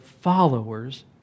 followers